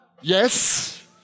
yes